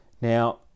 Now